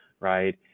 right